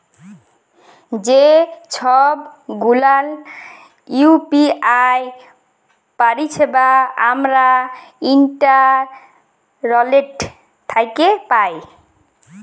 যে ছব গুলান ইউ.পি.আই পারিছেবা আমরা ইন্টারলেট থ্যাকে পায়